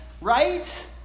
right